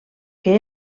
que